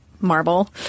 marble